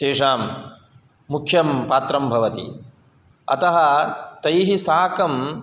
तेषां मुख्यं पात्रं भवति अतः तैः साकं